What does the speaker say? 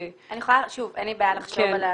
--- אין לי בעיה לחשוב.